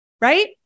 right